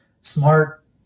smart